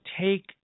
take